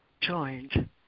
joined